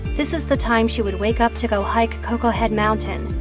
this is the time she would wake up to go hike koko head mountain.